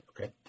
Okay